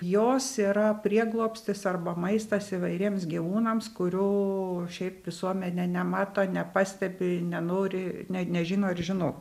jos yra prieglobstis arba maistas įvairiems gyvūnams kurių šiaip visuomenė nemato nepastebi nenori ne nežino ir žino